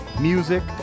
music